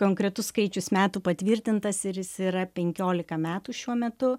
konkretus skaičius metų patvirtintas ir jis yra penkiolika metų šiuo metu